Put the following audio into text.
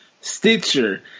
Stitcher